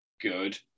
good